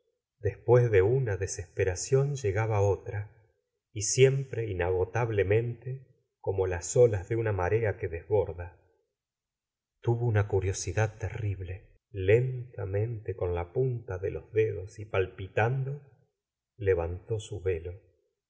después de una desesperación llegaba otra y siempre inagotablemente como las olas de una marea que desborda tuvo una curiosidad terrible lentamente con la punta de los dedos y palpitando levantó su velo